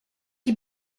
die